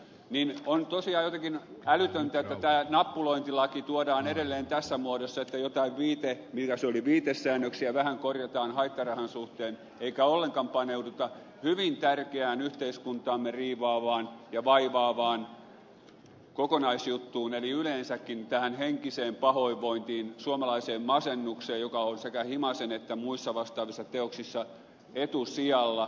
on tosiaan jotenkin älytöntä että tämä nappulointilaki tuodaan edelleen tässä muodossa että jotain viitesäännöksiä vähän korjataan haittarahan suhteen eikä ollenkaan paneuduta hyvin tärkeään yhteiskuntaamme riivaavaan ja vaivaavaan kokonaisjuttuun eli yleensäkin tähän henkiseen pahoinvointiin suomalaiseen masennukseen joka on sekä himasen että muissa vastaavissa teoksissa etusijalla